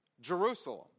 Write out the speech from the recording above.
Jerusalem